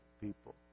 people